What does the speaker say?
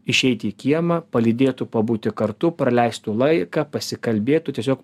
išeiti į kiemą palydėtų pabūti kartu praleistų laiką pasikalbėtų tiesiog